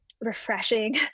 refreshing